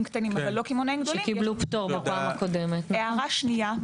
קטנים ולא קמעונאים גדולים- -- הערה שנייה,